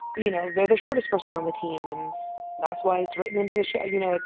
you know, they're the shortest person on the team, and that's why it's written into the show. you know, like,